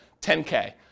10K